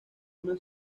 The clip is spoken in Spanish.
una